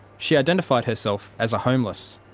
she identified herself as a homeless.